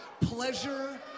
pleasure